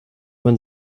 man